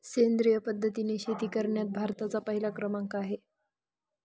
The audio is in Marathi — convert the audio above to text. सेंद्रिय पद्धतीने शेती करण्यात भारताचा पहिला क्रमांक आहे